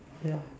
ya